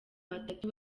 batatu